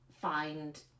find